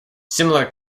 similar